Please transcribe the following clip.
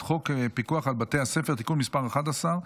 חוק פיקוח על בתי ספר (תיקון מס' 11),